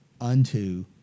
unto